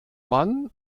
mann